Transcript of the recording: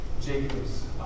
Jacob's